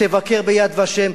תבקר ב"יד ושם",